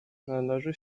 należy